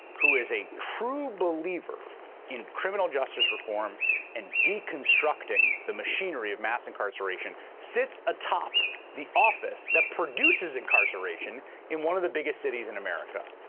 who is a true believer in criminal justice reform and deconstructing the machinery of mass incarceration, sits atop the office that produces incarceration in one of the biggest cities in america.